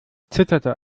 zitterte